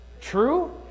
true